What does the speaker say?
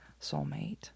soulmate